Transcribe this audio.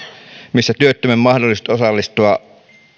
työttömien mahdollisuudet osallistua